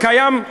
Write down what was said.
קיים,